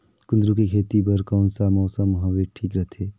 कुंदूरु के खेती बर कौन सा मौसम हवे ठीक रथे?